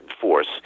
force